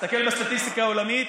תסתכל בסטטיסטיקה העולמית,